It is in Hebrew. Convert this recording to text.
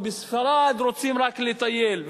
ובספרד רוצים רק לטייל,